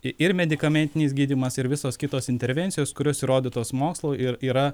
ir medikamentinis gydymas ir visos kitos intervencijos kurios įrodytos mokslu ir yra